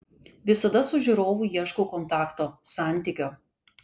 visada su žiūrovu ieškau kontakto santykio